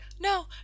no